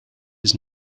his